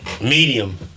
Medium